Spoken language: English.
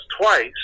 twice